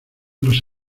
los